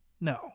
No